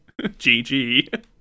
GG